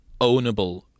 ownable